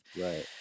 Right